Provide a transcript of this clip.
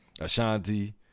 Ashanti